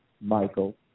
Michael